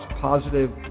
positive